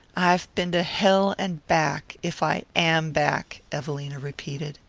i've been to hell and back if i am back, evelina repeated.